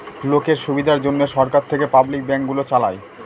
লোকের সুবিধার জন্যে সরকার থেকে পাবলিক ব্যাঙ্ক গুলো চালায়